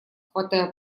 хватая